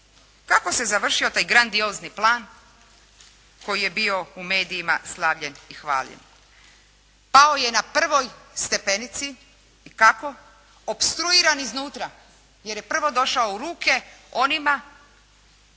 Kako se završio taj grandiozni plan koji je bio u medijima slavljen i hvaljen? Pao je na prvoj stepenici. I kako? Opstruiran unutra, jer je prvo došao u ruke onima